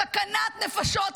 סכנת נפשות,